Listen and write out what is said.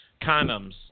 condoms